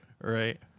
Right